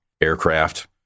aircraft